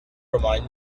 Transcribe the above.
remind